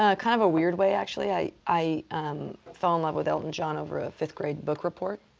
ah kind of a weird way, actually. i i um fell in love with elton john over a fifth-grade book report.